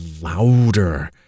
louder